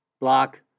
block